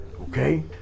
Okay